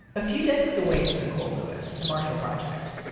a few desks away from nicole lewis, the marshall project.